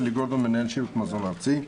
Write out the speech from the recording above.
אני מנהל שירות מזון ארצי.